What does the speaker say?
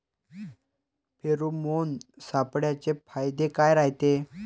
Pheromone सापळ्याचे फायदे काय रायते?